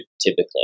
typically